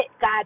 God